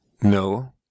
No